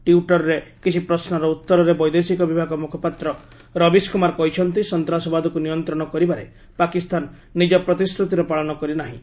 ଟ୍ୱିଟର୍ରେ କିଛି ପ୍ରଶ୍ୱର ଉତ୍ତରରେ ବୈଦେଶିକ ବିଭାଗ ମୁଖପାତ୍ର ରବିଶକୁମାର କହିଛନ୍ତି ସନ୍ତାସବାଦକୁ ନିୟନ୍ତ୍ରଣ କରିବାରେ ପାକିସ୍ତାନ ନିଜ ପ୍ରତିଶ୍ରତିର ପାଳନ କରି ନାହିଁ